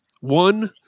one